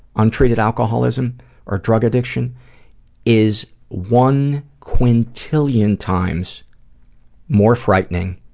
untreated alcoholism or drug addiction is one quintillion times more frightening